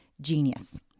genius